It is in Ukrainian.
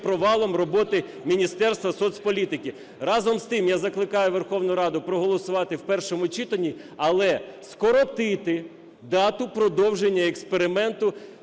провалом роботи Міністерства соцполітики. Разом з тим, я закликаю Верховну Раду проголосувати в першому читанні, але скоротити дату продовження експерименту